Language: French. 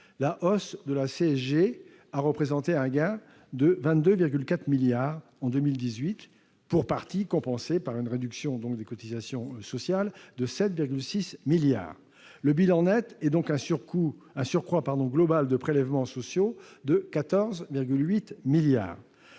la hausse de la CSG a représenté en 2018 un gain de 22,4 milliards d'euros, pour partie compensé par une réduction des cotisations sociales, de 7,6 milliards d'euros. Le bilan net est donc un surcroît global de prélèvements sociaux de 14,8 milliards